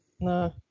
No